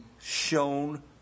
shown